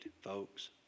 folks